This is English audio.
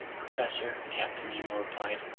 professor, captain nemo replied,